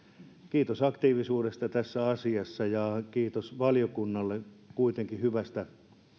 kiitos aktiivisuudesta tässä asiassa ja kiitos valiokunnalle kuitenkin hyvästä